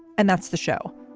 and that's the show.